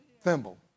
Thimble